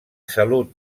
salut